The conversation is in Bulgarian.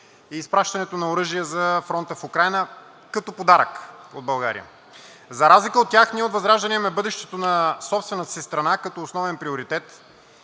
и изпращането на оръжия за фронта в Украйна – като подарък от България. За разлика от тях ние от ВЪЗРАЖДАНЕ имаме бъдещето на собствената си страна като основен приоритет,